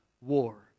war